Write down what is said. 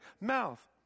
mouth